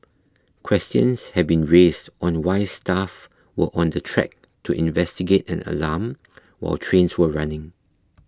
questions have been raised on why staff were on the track to investigate an alarm while trains were running